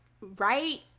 right